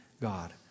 God